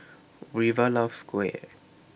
River loves Kuih